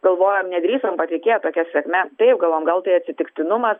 galvojom nedrįsom patikėt tokia sėkme taip galvojom gal tai atsitiktinumas